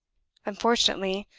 unfortunately,